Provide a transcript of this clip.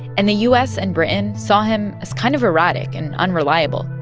and the u s. and britain saw him as kind of erratic and unreliable,